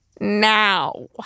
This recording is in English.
Now